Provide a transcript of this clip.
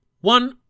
one